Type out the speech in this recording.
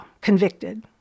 convicted